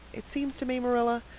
it seems to me, marilla,